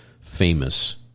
famous